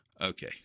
okay